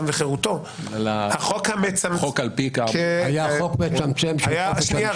וחירותו --- היה חוק מצמצם --- שנייה,